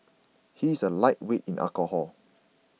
he is a lightweight in alcohol